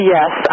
Yes